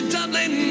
Dublin